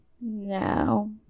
No